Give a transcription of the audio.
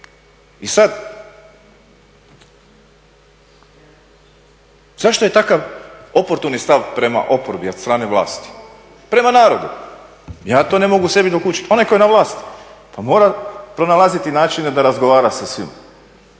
I sad, zašto je takav oportuni stav prema oporbi od strane vlasti prema narodu? Ja to ne mogu sebi dokučiti. Onaj koji je na vlasti, pa mora pronalaziti načine da razgovara sa svima.